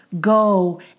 go